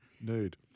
Nude